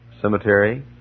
cemetery